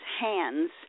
hands